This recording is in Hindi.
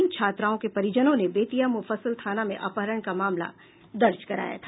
इन छात्राओं के परिजनों ने बेतिया मुफस्सिल थाना में अपहरण का मामला दर्ज कराया था